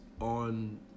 on